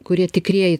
kurie tikrieji